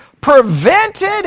prevented